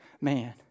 Man